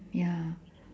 ya